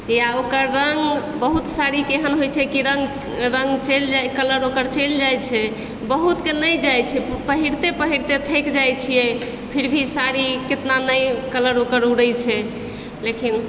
या ओकर रङ्ग बहुत साड़ीके एहन होइ छै कि ओकर रङ्ग चलि कलर ओकर चलि जाइ छै बहुतके नहि जाइ छै पहिरते पहिरते थकि जाइ छियै फिर भी साड़ी कितना नहि कलर ओकर उड़ै छै लेकिन